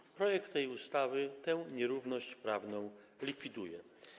I projekt tej ustawy tę nierówność prawną likwiduje.